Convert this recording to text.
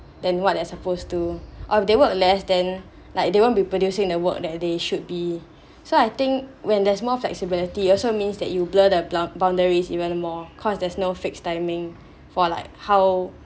than what they're supposed to or they work less than like they won't be producing the work that they should be so I think when there's more flexibility also means that you blur the boundaries you even more cause there's no fixed timing for like how